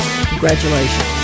congratulations